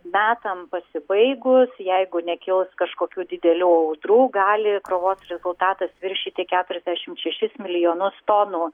metam pasibaigus jeigu nekils kažkokių didelių audrų gali krovos rezultatas viršyti keturiasdešimt šešis milijonus tonų